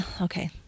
Okay